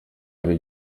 hari